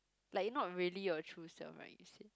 like you not really your true self like you said